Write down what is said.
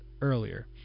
earlier